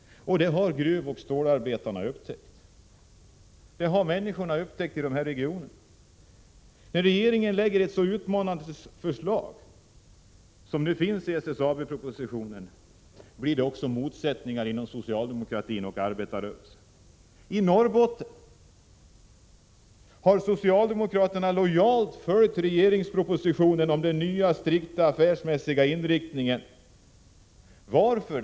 Det har också gruvoch stålarbetarna och andra människor i de utsatta regionerna upptäckt. När regeringen lägger fram ett så utmanande förslag som det som nu finns i SSAB-propositionen blir det också motsättningar inom socialdemokratin och arbetarrörelsen. I Norrbotten har socialdemokraterna lojalt anslutit sig till regeringspropositionens inriktning på strikt affärsmässighet. Varför?